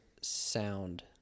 sound